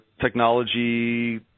technology